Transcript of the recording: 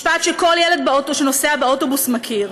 משפט שכל ילד שנוסע באוטובוס מכיר,